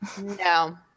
No